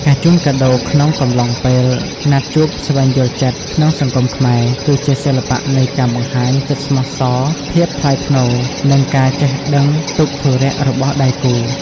ការជូនកាដូក្នុងកំឡុងពេល «ណាត់ជួបស្វែងយល់ចិត្ត» ក្នុងសង្គមខ្មែរ គឺជាសិល្បៈនៃការបង្ហាញចិត្តស្មោះសរ ភាពថ្លៃថ្នូរ និងការចេះដឹងទុក្ខធុរៈរបស់ដៃគូ។